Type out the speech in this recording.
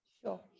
Sure